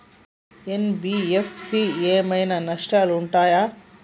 NBFC ఏమైనా నష్టాలు ఉంటయా?